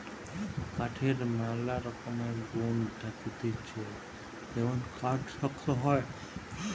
কাঠের ম্যালা রকমের গুন্ থাকতিছে যেমন কাঠ শক্ত হয়